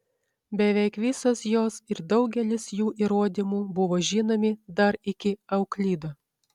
beveik visos jos ir daugelis jų įrodymų buvo žinomi dar iki euklido